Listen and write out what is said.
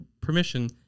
permission